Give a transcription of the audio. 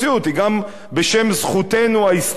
היא גם בשם זכותנו ההיסטורית,